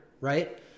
right